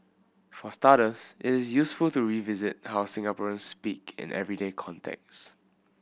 for starters it is useful to revisit how Singaporeans speak in everyday contexts